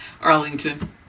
Arlington